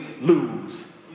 lose